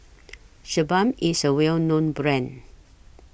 Sebamed IS A Well known Brand